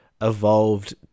evolved